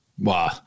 Wow